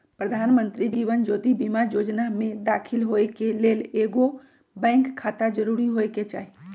प्रधानमंत्री जीवन ज्योति बीमा जोजना में दाखिल होय के लेल एगो बैंक खाता जरूरी होय के चाही